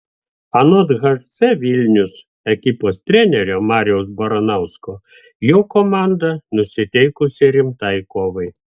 anot hc vilnius ekipos trenerio mariaus baranausko jo komanda nusiteikusi rimtai kovai